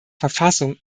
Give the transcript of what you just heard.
verfassung